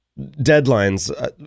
deadlines